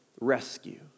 rescue